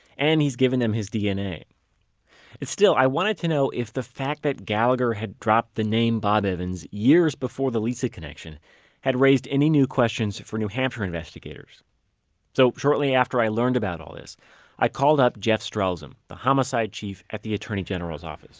and he's given them his dna still, i wanted to know if the fact that gallagher had dropped the name bob evans years before the lisa connection had raised any new questions for new hampshire investigators so shortly after i learned about this i called up jeff strelzin, the homicide chief at the attorney general's office